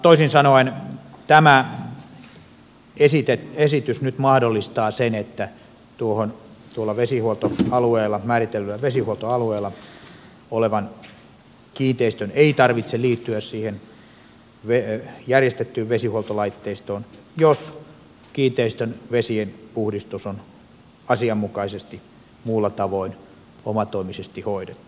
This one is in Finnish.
toisin sanoen tämä esitys nyt mahdollistaa sen että tuolla määritellyllä vesihuoltoalueella olevan kiinteistön ei tarvitse liittyä siihen järjestettyyn vesihuoltolaitteistoon jos kiinteistön vesien puhdistus on asianmukaisesti muulla tavoin omatoimisesti hoidettu